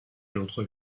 l’autre